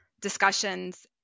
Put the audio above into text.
discussions